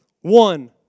one